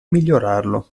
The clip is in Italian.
migliorarlo